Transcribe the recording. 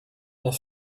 dans